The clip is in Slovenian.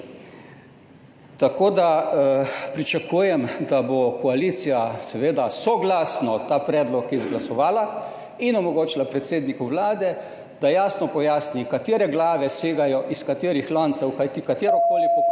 širša. Pričakujem, da bo koalicija soglasno ta predlog izglasovala in omogočila predsedniku Vlade, da jasno pojasni, katere glave segajo iz katerih loncev. Kajti katerokoli pokrovko